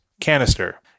canister